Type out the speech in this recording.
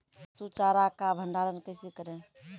पसु चारा का भंडारण कैसे करें?